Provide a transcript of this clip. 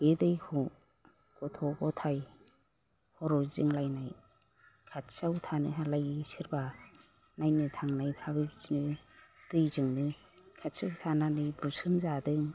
बे दैखौ गथ' गथाय खर' गिदिंलायनाय खाथियाव थानो हालायि सोरबा नायनो थांनायफ्राबो बिदिनो दैजोंनो खाथियाव थानानै बुसोम जादों